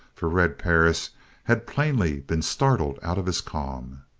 for red perris had plainly been startled out of his calm.